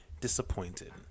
disappointed